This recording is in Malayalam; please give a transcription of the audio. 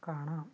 കാണാം